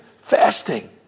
fasting